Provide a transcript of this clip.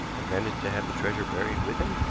and managed to have the treasure buried with him?